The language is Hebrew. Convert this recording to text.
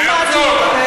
מה, מה הטיעון שלו?